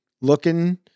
looking